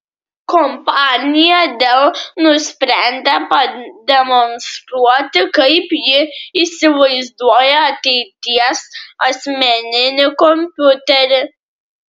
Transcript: kompanija dell nusprendė pademonstruoti kaip ji įsivaizduoja ateities asmeninį kompiuterį